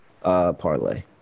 parlay